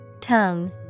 Tongue